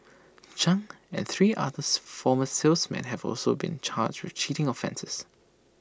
chung and three others former salesmen have also been charged with cheating offences